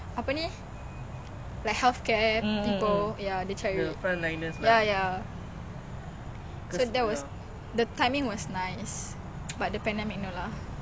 tak nak try hospital like oh okay okay